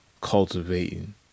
cultivating